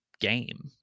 game